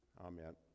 Amen